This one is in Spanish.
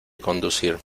conducir